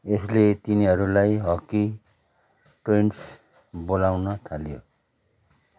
यसले तिनीहरूलाई hockey twins बोलाउन थालियो